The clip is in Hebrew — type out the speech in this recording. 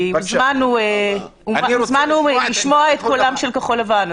כי הוזמנו לשמוע את קולם של כחול לבן,